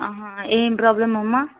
ఏం ప్రాబ్లం అమ్మ